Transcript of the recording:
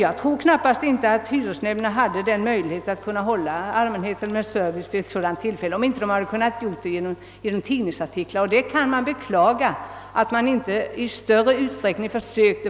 Folk går inte gärna till hyresnämnden; det kan uppfattas så att man trils kas med sin hyresvärd.